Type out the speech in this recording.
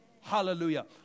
hallelujah